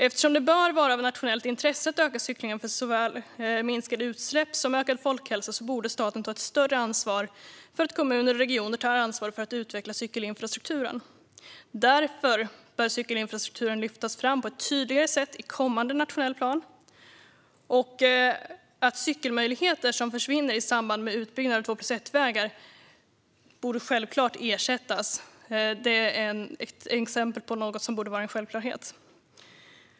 Eftersom det bör vara av nationellt intresse att öka cyklingen för att uppnå såväl minskade utsläpp som ökad folkhälsa bör staten i högre grad se till att kommuner och regioner tar ansvar för att utveckla cykelinfrastrukturen. Därför bör cykelinfrastrukturen lyftas fram på ett tydligare sätt i kommande nationell plan. Att cykelmöjligheter som försvinner i samband med utbyggnad av två-plus-ett-vägar ersätts borde till exempel vara en självklarhet.